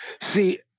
See